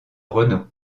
renault